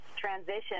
transition